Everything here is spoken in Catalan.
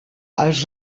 els